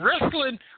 Wrestling